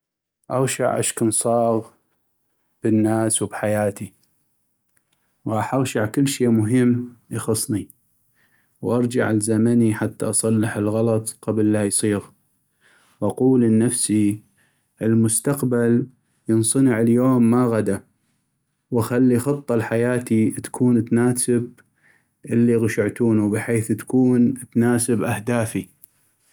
اغشع اش كن صاغ بالناس و بحياتي ، غاح اغشع كلشي مهم يخصني وارجع ال زمني حتى اصلح الغلط قبل لا يصيغ واقول لنفسي "المستقبل ينصنع اليوم ما غدا" ، واخلي خطة لحياتي تكون تناسب اللي غشعتونو بحيث تكون تناسب أهدافي.